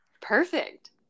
Perfect